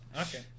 Okay